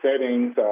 settings